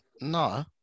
No